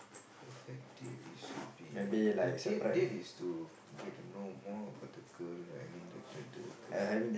perfect date is to be the date date is to get to know more about the girl right I mean the the the the